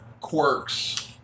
quirks